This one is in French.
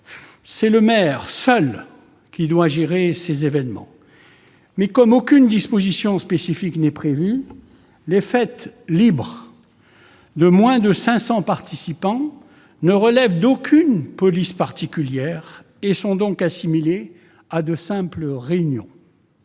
c'est le maire seul qui doit gérer l'événement, mais comme aucune disposition spécifique n'est prévue, les fêtes libres de moins de 500 participants ne relèvent d'aucune police particulière et sont donc assimilées à de simples réunions.